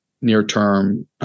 near-term